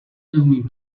neumím